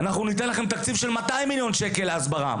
אנחנו ניתן לכם תקציב של 200 מיליון שקל להסברה,